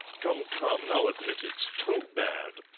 come, come, now admit it's too bad!